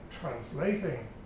translating